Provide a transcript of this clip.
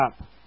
up